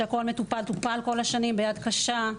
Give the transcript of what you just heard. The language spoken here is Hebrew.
שהכול טופל כל השנים ביד קשה.